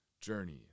journey